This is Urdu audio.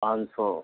پانچ سو